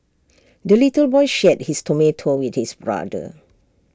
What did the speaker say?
the little boy shared his tomato with his brother